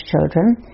children